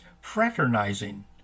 fraternizing